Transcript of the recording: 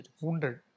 wounded